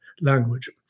language